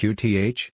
Qth